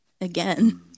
again